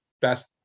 best